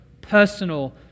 personal